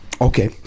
Okay